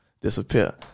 Disappear